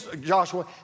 Joshua